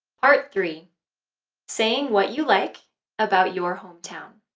part three saying what you like about your hometown.